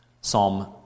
Psalm